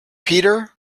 peter